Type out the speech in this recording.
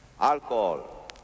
alcohol